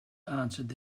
answered